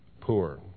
poor